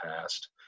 past